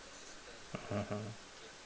mmhmm